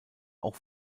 auch